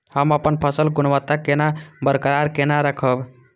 हम अपन फसल गुणवत्ता केना बरकरार केना राखब?